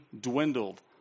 dwindled